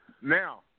Now